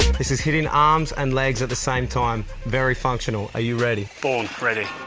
this is hitting arms and legs at the same time. very functional. are you ready? born ready.